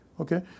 Okay